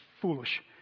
foolish